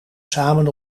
samen